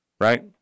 right